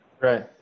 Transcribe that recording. right